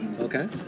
Okay